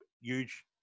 Huge